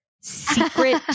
secret